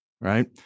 right